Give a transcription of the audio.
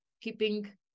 keeping